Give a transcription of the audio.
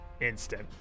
instant